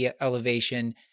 elevation